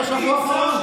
רפורמי,